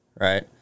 right